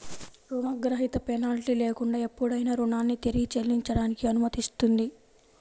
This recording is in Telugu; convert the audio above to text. రుణగ్రహీత పెనాల్టీ లేకుండా ఎప్పుడైనా రుణాన్ని తిరిగి చెల్లించడానికి అనుమతిస్తుంది